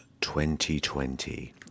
2020